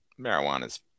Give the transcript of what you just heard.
marijuana's